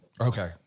Okay